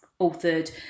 authored